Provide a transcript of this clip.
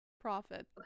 Profit